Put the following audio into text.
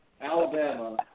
Alabama